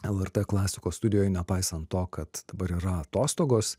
lrt klasikos studijoj nepaisant to kad dabar yra atostogos